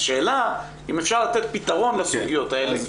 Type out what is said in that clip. השאלה אם אפשר לתת פתרון לסוגיות האלה.